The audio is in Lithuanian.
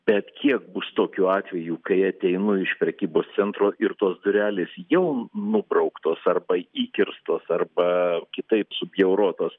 bet kiek bus tokių atvejų kai ateinu iš prekybos centro ir tos durelės jau nubrauktos arba įkirstos arba kitaip subjaurotos